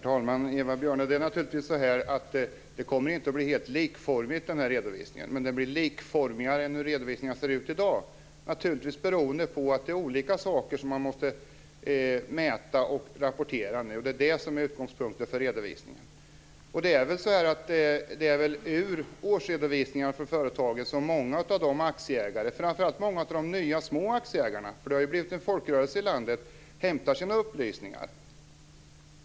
Herr talman! Det är naturligtvis så att redovisningen inte kommer att bli helt likformig, men den blir likformigare än i dag, beroende på att det är olika saker som man måste mäta och rapportera nu. Det är utgångspunkten för redovisningen. Det är ur årsredovisningarna för företagen som många av aktieägarna, framför allt många av de nya små aktieägarna - det har blivit en folkrörelse i landet - hämtar sina upplysningar.